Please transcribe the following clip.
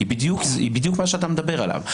היא בדיוק מה שאתה מדבר עליו.